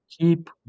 keep